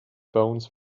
bones